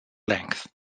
length